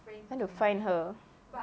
want to find her